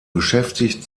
beschäftigt